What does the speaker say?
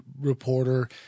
reporter